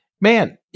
man